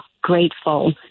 grateful